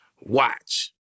Watch